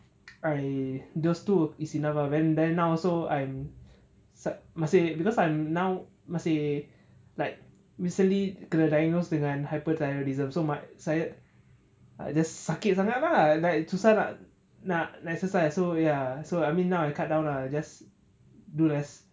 I those two is enough ah and then now also s~ masih because I'm now masih like recently kena diagnosed dengan hyperthyroidism so my saya I just sakit sangat lah I just susah nak nak exercise so ya so I mean now I cut down ah just do less